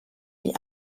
die